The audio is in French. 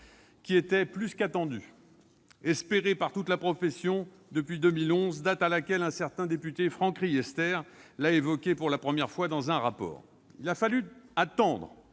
qui, plus qu'attendu, était espéré par toute la profession depuis 2011, date à laquelle un certain député Franck Riester l'avait évoqué pour la première fois dans un rapport. Il aura fallu attendre